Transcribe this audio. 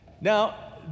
Now